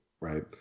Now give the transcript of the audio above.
right